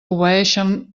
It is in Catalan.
obeeixen